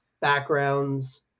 backgrounds